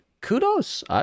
kudos